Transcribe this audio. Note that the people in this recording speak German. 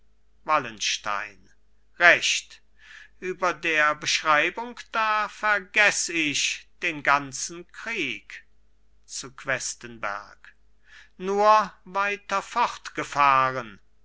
wallenstein recht über der beschreibung da vergeß ich den ganzen krieg zu questenberg nur weiter